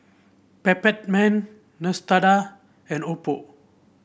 Peptamen Neostrata and Oppo